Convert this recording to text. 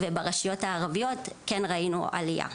וברשויות הערביות כן ראינו עלייה.